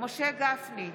משה גפני,